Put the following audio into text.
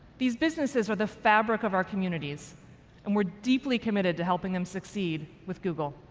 these businesses are the fabric of our communities and we're deeply committed to helping them succeed with google.